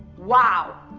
wow.